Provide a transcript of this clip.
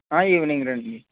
evening రండి